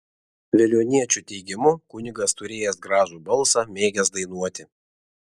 veliuoniečių teigimu kunigas turėjęs gražų balsą mėgęs dainuoti